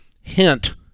hint